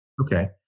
Okay